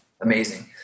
amazing